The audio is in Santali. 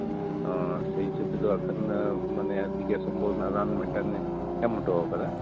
ᱥᱮᱭ ᱦᱤᱥᱟᱹᱵᱽ ᱛᱮᱫᱚ ᱱᱟᱜ ᱠᱷᱟᱱ ᱜᱮᱥ ᱚᱢᱵᱚᱞ ᱨᱮᱱᱟᱜ ᱨᱟᱱ ᱢᱤᱫᱴᱟᱝᱮ ᱮᱢ ᱦᱚᱴᱚᱣᱟᱠᱟᱫᱟ